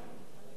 לא נמצא,